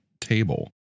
table